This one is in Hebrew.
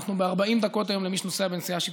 ואנחנו ב-40 דקות היום למי שנוסע בנסיעה שיתופית,